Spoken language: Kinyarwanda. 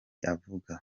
avuga